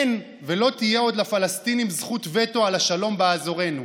אין ולא תהיה עוד לפלסטינים זכות וטו על השלום באזורנו.